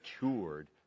matured